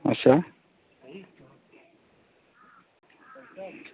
अच्छा